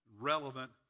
relevant